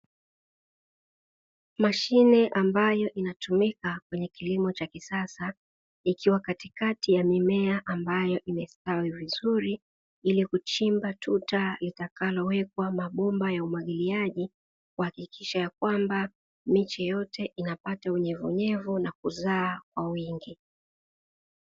Mashine ambayo inatumika kwenye kilimo cha kisasa ikiwa katikati ya mimea ambayo imestawi vizuri ilikuchimba tuta litakalo wekwa mabomba ya umwagiliaji kuhakikisha ya kwamba miche yote inapata unyevunyevu na kuzaa kwa wingi.